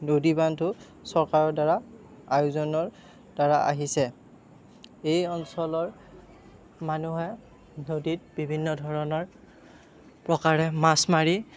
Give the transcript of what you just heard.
নদীবান্ধটো চৰকাৰ দ্বাৰা আয়োজনৰ দ্বাৰা আহিছে এই অঞ্চলৰ মানুহে নদীত বিভিন্ন ধৰণৰ প্ৰকাৰে মাছ মাৰি